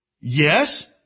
Yes